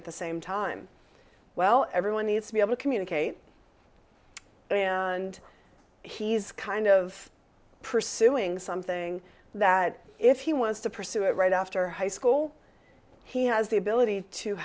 at the same time well everyone needs to be able to communicate and he's kind of pursuing something that if he wants to pursue it right after high school he has the ability to